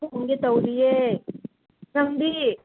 ꯆꯥꯛ ꯊꯣꯡꯒꯦ ꯇꯧꯔꯤꯌꯦ ꯅꯪꯗꯤ